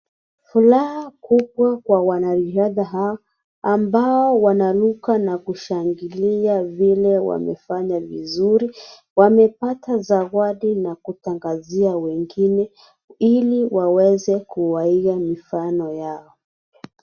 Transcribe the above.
Furaha kubwa kwa wanariadha hawa ambao wanaruka na kushangilia vile wamefanya vizuri, wamepata zawadi na kutangazia wengine ili waweze kuwaiga mifano yao.